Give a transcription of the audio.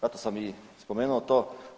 Zato sam i spomenuo to.